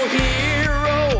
hero